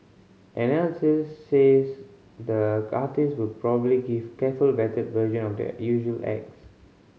analysis says the artist will probably give careful vetted version of their usual acts